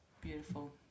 Beautiful